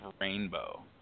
rainbow